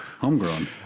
Homegrown